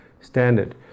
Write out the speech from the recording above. standard